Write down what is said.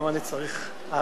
למה אני צריך עד?